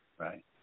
Right